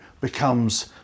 becomes